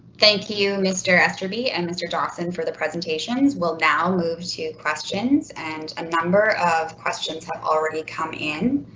thank you mr. aster be i'm and mr dawson, for the presentations will now move to questions and a number of questions have already come in.